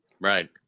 Right